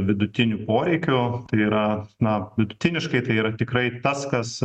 vidutinių poreikių tai yra na vidutiniškai tai yra tikrai tas kas